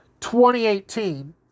2018